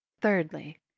thirdly